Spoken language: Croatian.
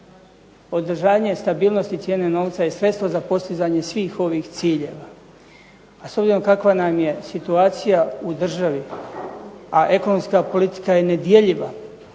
Održanje stabilnosti cijene novca je sredstvo za postizanje svih ovih ciljeva, a s obzirom kakva nam je situacija u državi, a ekonomska politika je nedjeljiva